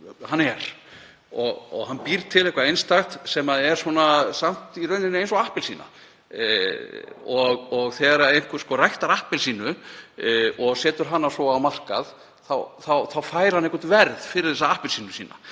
hann er. Hann býr til eitthvað einstakt sem er samt í rauninni eins og appelsína. Þegar einhver ræktar appelsínu og setur hana á markað fær hann eitthvert verð fyrir þessa appelsínu sína.